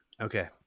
Okay